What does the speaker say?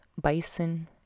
bison